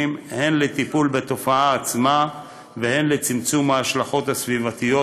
הן לטיפול בתופעה עצמה והן לצמצום ההשלכות הסביבתיות